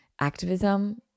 activism